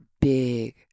big